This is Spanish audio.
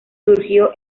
surgió